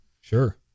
Sure